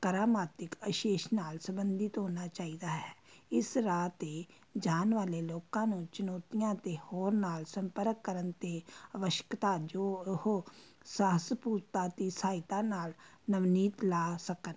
ਕਰਾਮਾਤਿਕ ਅਸ਼ੇਸ਼ ਨਾਲ ਸੰਬੰਧਿਤ ਹੋਣਾ ਚਾਹੀਦਾ ਹੈ ਇਸ ਰਾਹ 'ਤੇ ਜਾਣ ਵਾਲੇ ਲੋਕਾਂ ਨੂੰ ਚੁਣੌਤੀਆਂ ਅਤੇ ਹੋਰ ਨਾਲ ਸੰਪਰਕ ਕਰਨ 'ਤੇ ਅਵਸ਼ਕਤਾ ਜੋ ਉਹ ਸਾਹਸ ਪੂਰਤਾ ਦੀ ਸਹਾਇਤਾ ਨਾਲ ਨਵਨੀਤ ਲਾ ਸਕਣ